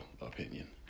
opinion